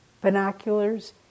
binoculars